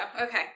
Okay